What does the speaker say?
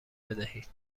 بدهید